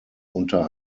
unter